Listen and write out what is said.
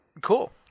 Cool